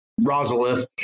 Rosalith